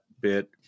bit